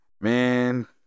man